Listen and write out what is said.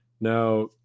now